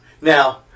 Now